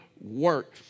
work